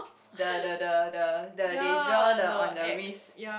the the the the the they draw the on the wrist